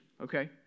okay